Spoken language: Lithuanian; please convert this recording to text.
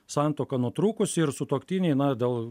santuoka nutrūkusi ir sutuoktiniai na dėl